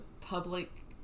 public